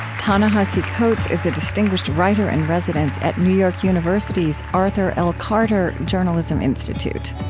ta-nehisi coates is a distinguished writer in residence at new york university's arthur l. carter journalism institute.